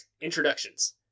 introductions